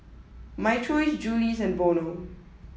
my choice Julie's and Vono